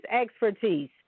expertise